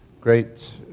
great